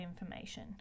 information